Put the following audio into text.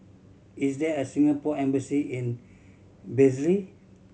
is there a Singapore Embassy in Belize